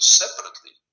separately